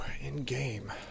in-game